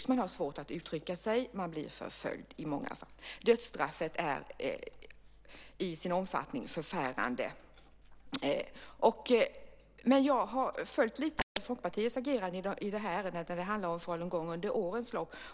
Människor har svårt att få uttrycka sig och blir i många fall förföljda. Dödsstraffet är i sin omfattning förfärande. Jag har följt Folkpartiets agerande när det gäller falungong under årens lopp.